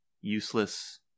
useless